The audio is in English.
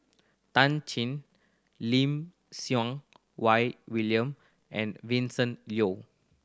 Tan Shen Lim Siew Wai William and Vincent Leow